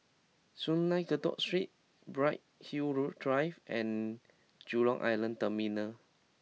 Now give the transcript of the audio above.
Sungei Kadut Street Bright Hill Drive and Jurong Island Terminal